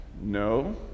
No